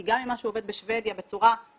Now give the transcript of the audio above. כי גם אם משהו עובד בשבדיה בצורה מעולה,